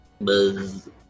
Buzz